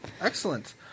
Excellent